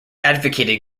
advocated